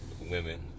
women